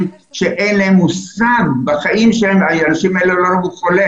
שאין להם מושג ובחיים שלהם האנשים האלה לא ראו חולה.